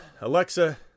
alexa